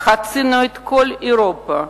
חצינו את כל אירופה,